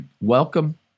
welcome